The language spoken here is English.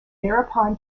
thereupon